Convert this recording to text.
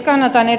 kannatan ed